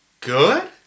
good